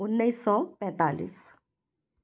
उन्नीस सौ पैंतालीस